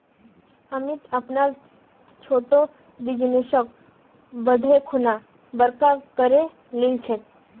अमित अपनार छोटो बिजनेसक बढ़ैं खुना बड़का करे लिलछेक